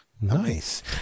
nice